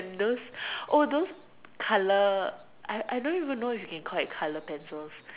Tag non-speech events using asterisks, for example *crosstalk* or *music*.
and those *noise* those colour I I don't even know if you can collect colour pencils